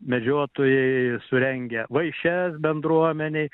medžiotojai surengia vaišes bendruomenei